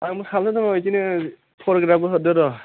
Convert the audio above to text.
आंहाबो बे बायदिनो फरायया गोब्राब जादों